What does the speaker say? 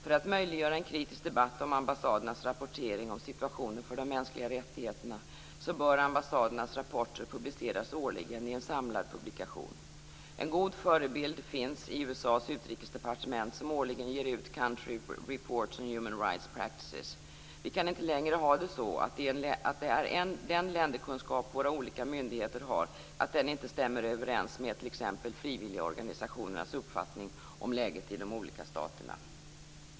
För att möjliggöra en kritisk debatt om ambassadernas rapportering om situationen avseende de mänskliga rättigheterna bör ambassadernas rapporter publiceras årligen i en samlad publikation. En god förebild finns i USA:s utrikesdepartement som årligen ger ut Country Reports on Human Rights Practices. Vi kan inte längre ha det så att den länderkunskap våra olika myndigheter har inte stämmer överens med t.ex. frivilligorganisationernas uppfattning om läget i de olika staterna.